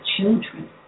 children